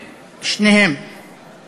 שניהם, שניהם,